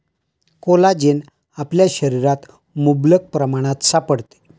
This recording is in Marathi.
कोलाजेन आपल्या शरीरात मुबलक प्रमाणात सापडते